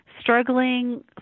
struggling